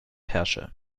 herrsche